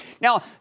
Now